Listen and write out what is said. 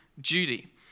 duty